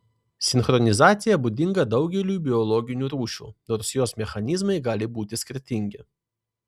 sinchronizacija būdinga daugeliui biologinių rūšių nors jos mechanizmai gali būti skirtingi